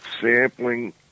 sampling